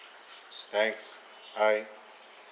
thanks bye